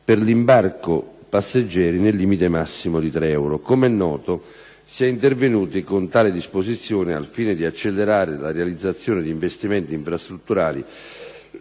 per l'imbarco passeggeri nel limite massimo di 3 euro. Come noto, si è intervenuti con tale disposizione al fine di accelerare la realizzazione di investimenti infrastrutturali